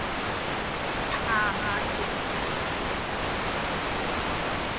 हाँ हाँ जी